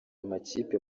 amakipe